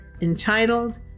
entitled